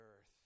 earth